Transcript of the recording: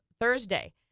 Thursday